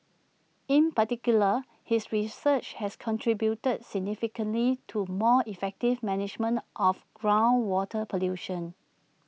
in particular his research has contributed significantly to more effective management of groundwater pollution